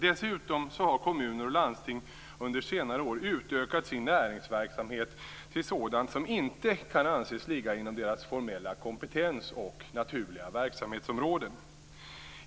Dessutom har kommuner och landsting under senare år utökat sin näringsverksamhet till sådant som inte kan anses ligga inom ramen för deras formella kompetens och naturliga verksamhetsområden.